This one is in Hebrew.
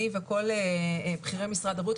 אני וכל בכירי משרד הבריאות,